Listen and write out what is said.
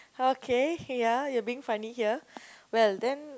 okay ya you're being funny here well then